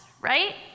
right